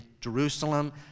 Jerusalem